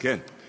כן.